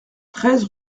treize